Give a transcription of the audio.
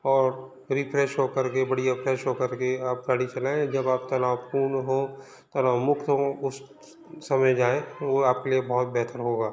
और रिफ्रेश हो करके बढ़िया फ्रेश हो करके आप गाड़ी चलाएँ जब आप तनावपूर्ण हो तनाव मुक्त हो उस समय जाएँ वो आपके लिए बहुत बेहतर होगा